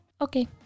okay